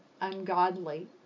ungodly